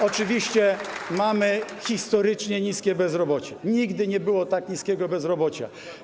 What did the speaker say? Oczywiście mamy historycznie niskie bezrobocie, nigdy nie było tak niskiego bezrobocia.